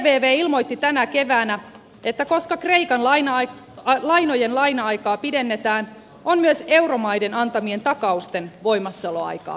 ervv ilmoitti tänä keväänä että koska kreikan lainojen laina aikaa pidennetään on myös euromaiden antamien takausten voimassaoloaikaa pidennettävä